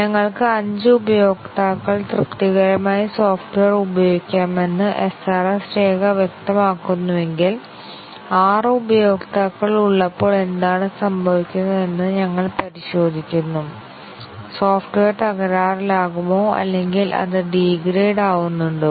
ഞങ്ങൾക്ക് 5 ഉപയോക്താക്കൾക്ക് തൃപ്തികരമായി സോഫ്റ്റ്വെയർ ഉപയോഗിക്കാമെന്ന് SRS രേഖ വ്യക്തമാക്കുന്നുവെങ്കിൽ 6 ഉപയോക്താക്കൾ ഉള്ളപ്പോൾ എന്താണ് സംഭവിക്കുന്നതെന്ന് ഞങ്ങൾ പരിശോധിക്കുന്നു സോഫ്റ്റ്വെയർ തകരാറിലാകുമോ അല്ലെങ്കിൽ അത് ഡീഗ്രേഡ് ആവുന്നുണ്ടോ